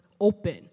open